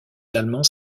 allemands